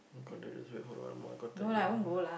got to do this wait for a moment